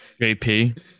jp